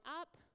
up